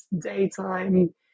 daytime